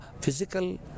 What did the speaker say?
physical